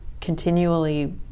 continually